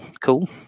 cool